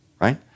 right